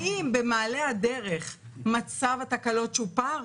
האם במעלה הדרך מצב התקלות שופר?